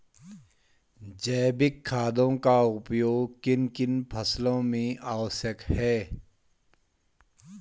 जैविक खादों का उपयोग किन किन फसलों में आवश्यक है?